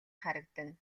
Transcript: харагдана